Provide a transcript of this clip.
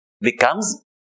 becomes